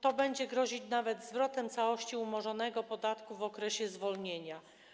To będzie grozić nawet zwrotem całości umorzonego podatku w okresie zwolnienia.